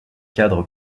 cadre